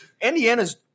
Indiana's